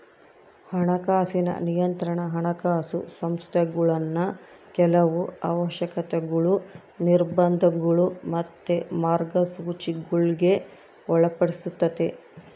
ಹಣಕಾಸಿನ ನಿಯಂತ್ರಣಾ ಹಣಕಾಸು ಸಂಸ್ಥೆಗುಳ್ನ ಕೆಲವು ಅವಶ್ಯಕತೆಗುಳು, ನಿರ್ಬಂಧಗುಳು ಮತ್ತೆ ಮಾರ್ಗಸೂಚಿಗುಳ್ಗೆ ಒಳಪಡಿಸ್ತತೆ